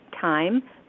time